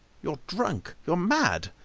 you're drunk. you're mad.